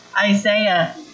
Isaiah